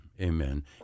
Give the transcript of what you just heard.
amen